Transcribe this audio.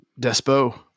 Despo